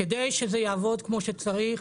כדי שזה יעבוד כמו שצריך,